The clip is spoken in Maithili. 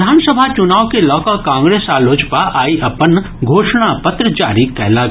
विधानसभा चुनाव के लऽकऽ कांग्रेस आ लोजपा आइ अपन घोषणा पत्र जारी कयलक